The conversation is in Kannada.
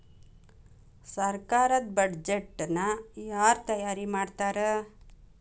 ಸರ್ಕಾರದ್ ಬಡ್ಜೆಟ್ ನ ಯಾರ್ ತಯಾರಿ ಮಾಡ್ತಾರ್?